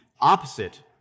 opposite